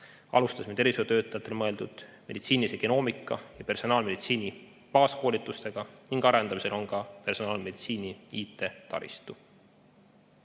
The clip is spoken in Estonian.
alustasime tervishoiutöötajatele mõeldud meditsiinilise genoomika ja personaalmeditsiini baaskoolitustega ning arendamisel on ka personaalmeditsiini IT-taristu.